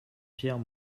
pierre